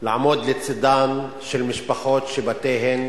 לעמוד לצדן של משפחות שבתיהן